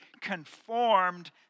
conformed